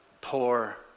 poor